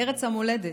לארץ המולדת,